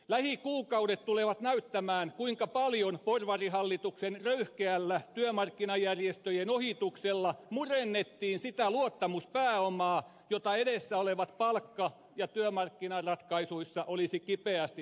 lähikuukaudet tulevat näyttämään kuinka paljon porvarihallituksen röyhkeällä työmarkkinajärjestöjen ohituksella murennettiin sitä luottamuspääomaa jota edessä olevissa palkka ja työmarkkinaratkaisuissa olisi kipeästi tarvittu